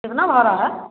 कितना भाड़ा है